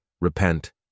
Repent